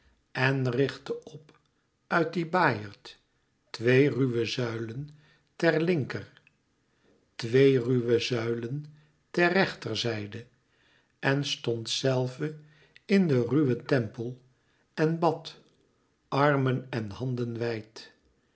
en richtte op uit dien baaierd twee ruwe zuilen ter linker twee ruwe zuilen ter rechterzijde en stond zelve in den ruwen tempel en bad armen en handen wijd